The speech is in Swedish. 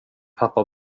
pappa